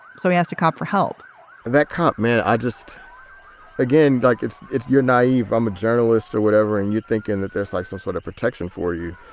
so we asked a cop for help. and that cop man. i just again, like it's it's your naive. i'm a journalist or whatever. and you think and that there's, like, some sort of protection for you.